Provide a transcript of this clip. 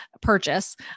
purchase